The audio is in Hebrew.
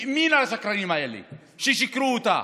האמינה לשקרנים האלה ששיקרו אותה.